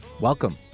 Welcome